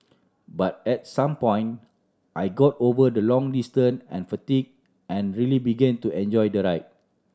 but at some point I got over the long distance and fatigue and really begin to enjoy the ride